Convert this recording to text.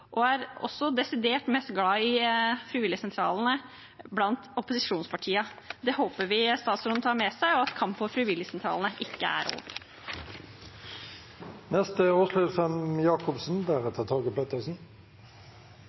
blant opposisjonspartiene også desidert mest glad i frivilligsentralene. Det håper vi statsråden tar med seg, og at kampen for frivilligsentralene ikke er over.